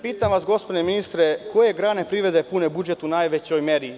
Pitam vas, gospodine ministre, koje grane privrede pune budžet u najvećoj meri?